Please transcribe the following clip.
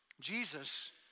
Jesus